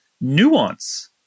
nuance